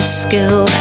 skill